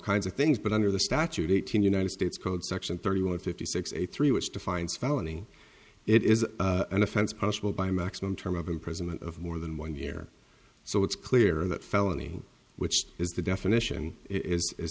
kinds of things but under the statute eighteen united states code section thirty one fifty six eighty three which defines felony it is an offense punishable by a maximum term of imprisonment of more than one year so it's clear that felony which is the definition is